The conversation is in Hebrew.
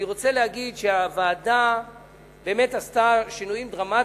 אני רוצה להגיד שהוועדה באמת עשתה שינויים דרמטיים,